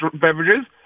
beverages